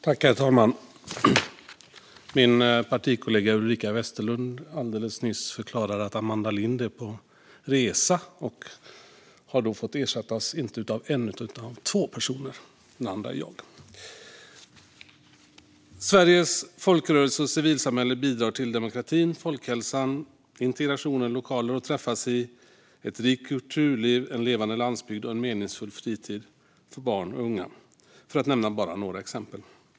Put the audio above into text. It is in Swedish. Herr talman! Min partikollega Ulrika Westerlund förklarade alldeles nyss att Amanda Lind är på resa och har fått ersättas av inte en utan två personer, och den andra är jag. Sveriges folkrörelser och civilsamhälle bidrar till demokratin, folkhälsan, integrationen, lokaler att träffas i, ett rikt kulturliv, en levande landsbygd och en meningsfull fritid för barn och unga - för att nämna bara några exempel.